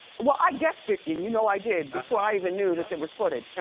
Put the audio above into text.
well, i guessed it, and you know i did, before i even knew that there was footage.